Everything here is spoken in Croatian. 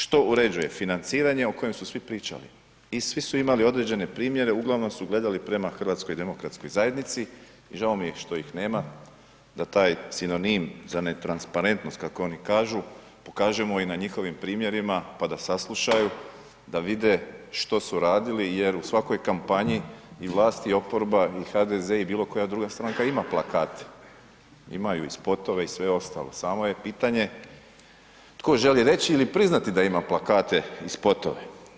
Što uređuje financiranje o kojem su svi pričali, i svi su imali određene primjere, uglavnom su gledali prema Hrvatskoj demokratskoj zajednici, i žao mi je što ih nema da taj sinonim za netransparentnost, kako oni kažu, pokažemo i na njihovim primjerima, pa da saslušaju, da vide što su radili, jer u svakoj kampanji i vlast, i oproba, i HDZ, i bilo koja druga stranka ima plakate, imaju i spotove, i sve ostalo, samo je pitanje tko želi reći ili priznati da ima plakate i spotove.